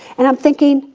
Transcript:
and i'm thinking,